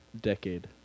Decade